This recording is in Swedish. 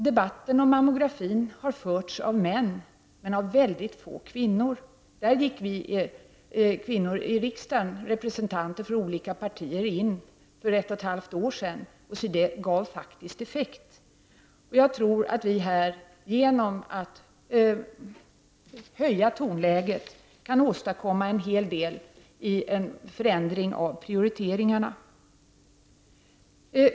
Debatten om mammografin har förts av män men av få kvinnor. Där gick vi kvinnor i riksdagen — representanter för olika partier — in för ett och halvt år sedan, och det gav effekt. Jag tror att vi genom att höja tonläget här kan åstadkomma en hel del i fråga om en förändring av prioriteringarna.